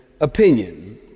opinion